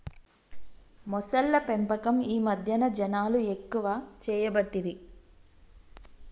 మొసళ్ల పెంపకం ఈ మధ్యన జనాలు ఎక్కువ చేయబట్టిరి